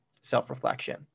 self-reflection